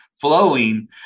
flowing